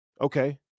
Okay